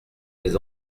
les